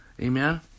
Amen